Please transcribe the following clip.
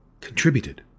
contributed